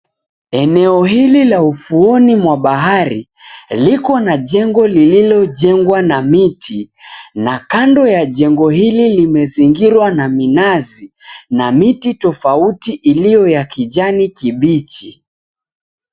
Eneo hili la ufuoni mwa bahari, liko na jengo lilojengwa na miti na kando ya jengo hili limezingirwa na minazi na miti tofauti iliyo ya kijani kibichi.